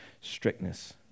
strictness